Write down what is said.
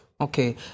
Okay